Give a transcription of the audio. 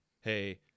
hey